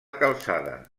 calçada